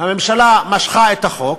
הממשלה משכה את החוק,